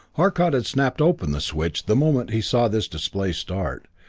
arcot had snapped open the switch the moment he saw this display start,